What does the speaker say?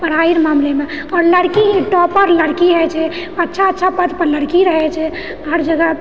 पढ़ाइ मामलामे आओर लड़की ही टॉपर लड़की होइत छै अच्छा अच्छा पद पर लड़की ही रहैत छै हर जगह